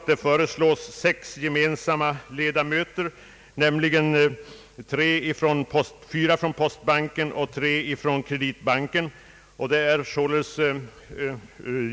Det föreslås sex gemensamma ledamöter, nämligen tre från postbanken och tre från Kreditbanken.